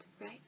right